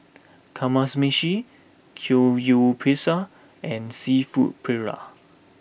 Kamameshi Samgyeopsal and Seafood Paella